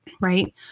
Right